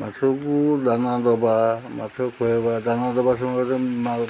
ମାଛକୁ ଦାନା ଦେବା ମାଛ ଖୁଆଇବା ଦାନା ଦେବା ସମୟରେ